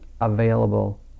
available